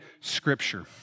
Scripture